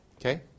Okay